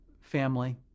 Family